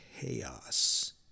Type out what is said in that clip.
chaos